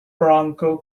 bronco